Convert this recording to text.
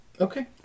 Okay